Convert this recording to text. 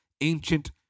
ancient